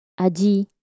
Aji